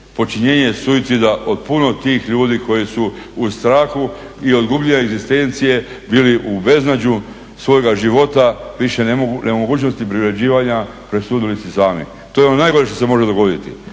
počinjenje suicida od puno tih ljudi koji su u strahu i … egzistencije bili u beznađu svoga života, više … privređivanja, presudili si sami. To je ono najgore što se može dogoditi.